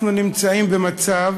אנחנו נמצאים במצב